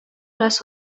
raz